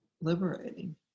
liberating